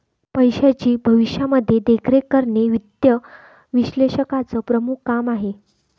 पैशाची भविष्यामध्ये देखरेख करणे वित्त विश्लेषकाचं प्रमुख काम आहे